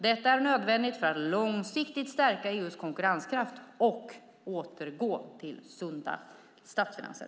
Detta är nödvändigt för att långsiktigt stärka EU:s konkurrenskraft och återgå till sunda statsfinanser.